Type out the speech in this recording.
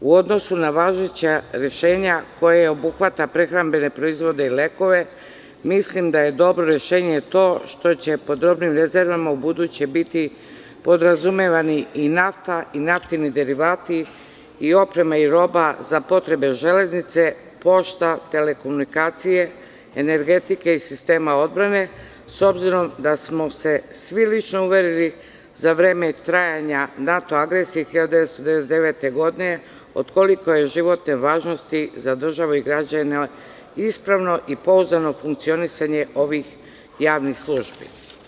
U odnosu na važeća rešenja koja je obuhvata prehrambene proizvode i lekove, mislim da je dobro rešenje to što će pod robnim rezervama ubuduće biti podrazumevani nafta i naftni derivati i oprema i roba za potrebe železnice, pošta, telekomunikacije, energetike i sistema odbrane, s obzirom da smo se svi lično uverili za vreme trajanja NATO agresije 1999. godine, od kolike je životne važnosti za državu i građane ispravno i pouzdano funkcionisanje ovih javnih službi.